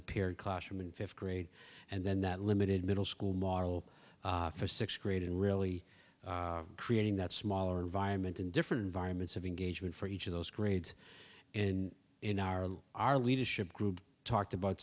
appeared classroom in fifth grade and then that limited middle school model for sixth grade and really creating that smaller environment in different environments of engagement for each of those grades and in our our leadership group talked about